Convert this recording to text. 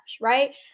right